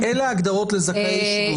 אלה ההגדרות לזכאי שבות.